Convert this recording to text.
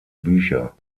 bücher